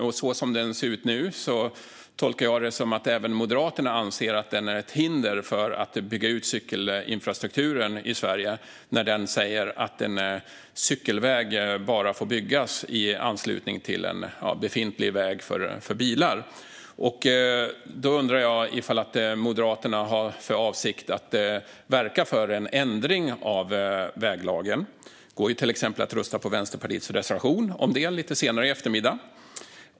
Jag tolkar det som att även Moderaterna anser att lagen som den ser ut nu är ett hinder för att bygga ut cykelinfrastrukturen i Sverige när den säger att en cykelväg bara får byggas i anslutning till en befintlig väg för bilar. Jag undrar om Moderaterna har för avsikt att verka för en ändring av väglagen. Det går ju till exempel att rösta på Vänsterpartiets reservation om detta lite senare i eftermiddag.